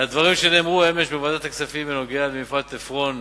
מהדברים שנאמרו אמש בוועדת הכספים בנוגע למפעל "תפרון",